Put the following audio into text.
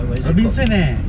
Robinson eh